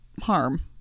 harm